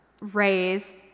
raise